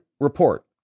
report